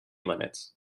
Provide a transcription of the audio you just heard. limits